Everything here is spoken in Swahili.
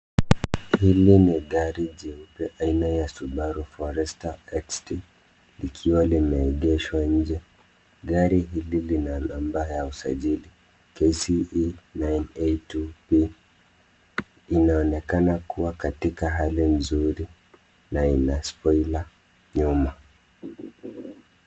Hili ni gari jeupe aina ya Subaru Forester XT likiwa limeegeshwa nje. Gari hili lina namba ya usajili KCE 982P. Inaonekana kuwa katika hali nzuri na ina spoiler nyuma.